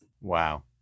Wow